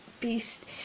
beast